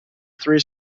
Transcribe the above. three